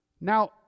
Now